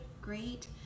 great